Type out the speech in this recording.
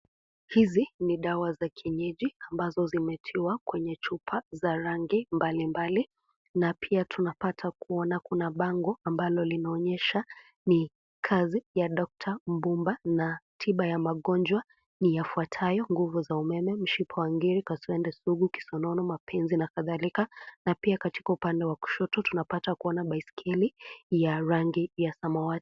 Hizi ni dawa za kienyeji ambazo zimetiwa katika chupa za rangi mbali mbali, na pia tunapata kuona kuna bango ambalo linaonyesha ni kazi ya Dr MDUBA na tiba ya magonjwa ni yafuatayo; Nguvu za umeme, mshipa wa ngiri, kaswende sugu, kisonono, mapenzi na kadhalika. Na pia katika upande wa kushoto tunapata kuona baiskeli ya rangi ya samawati.